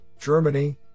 Germany